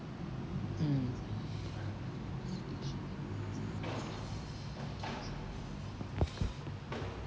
mm